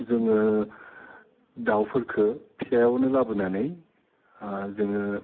जोङो दाउफोरखो फिसायावनो लाबोनानै जोङो